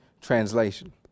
Translation